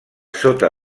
sota